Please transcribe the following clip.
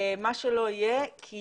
מה שלא יהיה, כי